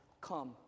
come